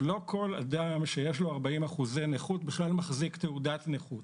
לא כל אדם שיש לו 40% נכות בכלל מחזיק תעודת נכות.